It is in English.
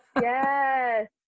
Yes